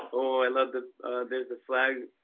oh, i love the there's the flag.